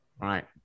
right